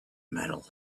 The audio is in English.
metal